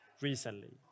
recently